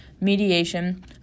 mediation